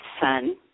son